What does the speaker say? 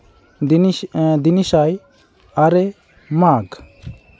ᱫᱤᱱᱤᱥᱟᱭ ᱟᱨᱮ ᱢᱟᱜᱽ